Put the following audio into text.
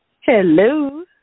Hello